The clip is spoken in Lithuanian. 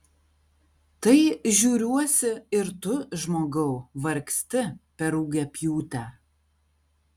tai žiūriuosi ir tu žmogau vargsti per rugiapjūtę